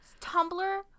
tumblr